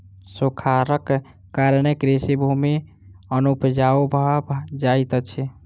सूखाड़क कारणेँ कृषि भूमि अनुपजाऊ भ जाइत अछि